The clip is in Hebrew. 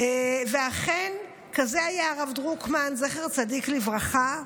אכן כזה היה הרב דרוקמן, זכר צדיק לברכה.